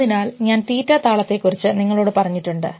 അതിനാൽ ഞാൻ തീറ്റ താളത്തെക്കുറിച്ച് നിങ്ങളോട് പറഞ്ഞിട്ടുണ്ട്